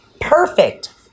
perfect